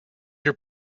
your